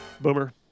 Boomer